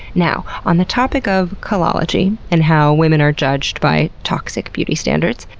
now, on the topic of kalology and how women are judged by toxic beauty standards,